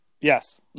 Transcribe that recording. Yes